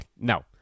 No